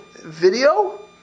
video